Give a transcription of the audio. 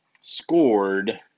scored